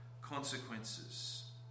consequences